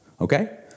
Okay